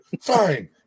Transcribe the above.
Fine